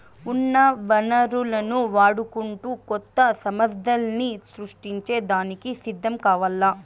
ఉన్న వనరులను వాడుకుంటూ కొత్త సమస్థల్ని సృష్టించే దానికి సిద్ధం కావాల్ల